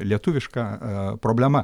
lietuviška a problema